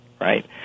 right